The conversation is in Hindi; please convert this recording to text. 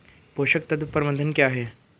पोषक तत्व प्रबंधन क्या है?